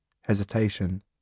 Hesitation